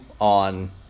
on